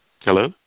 hello